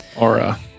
Aura